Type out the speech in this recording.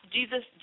Jesus